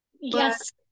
yes